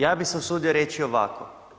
Ja bih se usudio reći ovako.